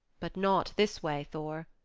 but not this way, thor,